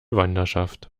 wanderschaft